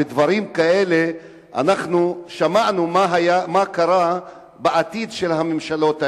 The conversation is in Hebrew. בדברים כאלה שמענו מה קרה לעתיד של הממשלות האלה.